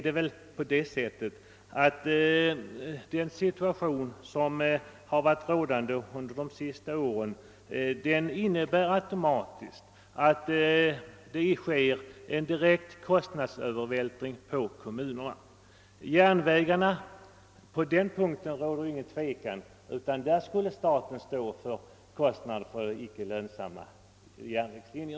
Vidare är det på det sättet att den situation som varit rådande under de senaste åren automatiskt innebär att det sker en direkt kostnadsövervältning på kommunerna. Det råder ingen tvekan om att staten skall stå för kostnaderna för icke lönsamma järnvägslinjer.